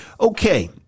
okay